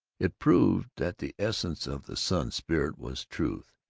it proved that the essence of the sun spirit was truth,